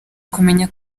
kumenya